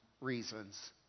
reasons